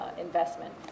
investment